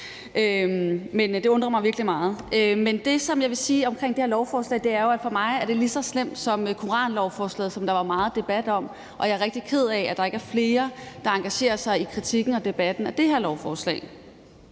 Det undrer mig virkelig meget. Det, som jeg vil sige omkring det her lovforslag, er, at for mig er det lige så slemt som koranlovforslaget, som der var meget debat om, og jeg er rigtig ked af, at der ikke er flere, der engagerer sig i kritikken og i debatten af det her lovforslag.